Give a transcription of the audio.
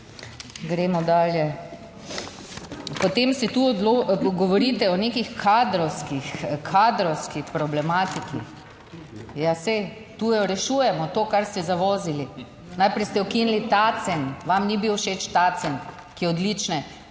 Gremo dalje. Potem se tu govorite o nekih kadrovski problematiki. Ja, saj tu rešujemo to, kar ste zavozili. Najprej ste ukinili Tacen, vam ni bil všeč Tacen, ki je odlične